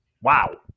Wow